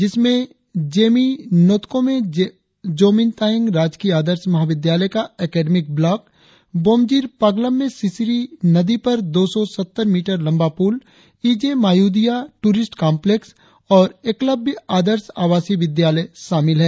जिसमें जेमि नोतको में जोमिन तायेंग राजकीय आदर्श महाविद्यालय का एकाडेमिक ब्लॉक बोमजिर पागलम में सिसिरी नदी पर दो सौ सत्तर मीटर लंबा पूल ईजे मायुदिया टूरिष्ट कांप्लेक्स और एक लब्य आदर्श आवासी विद्यालय शामिल है